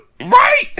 right